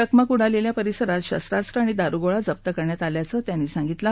चकमक उडालख्खा परिसरात शस्त्रास्त्र आणि दारुगोळा जप्त करण्यात आल्याचं त्यांनी सांगितलं